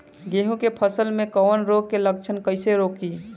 गेहूं के फसल में कवक रोग के लक्षण कईसे रोकी?